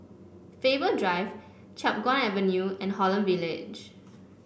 Faber Drive Chiap Guan Avenue and Holland Village